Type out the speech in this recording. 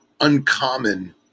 uncommon